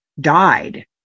died